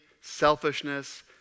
selfishness